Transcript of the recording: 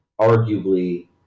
arguably